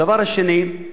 והדבר השני,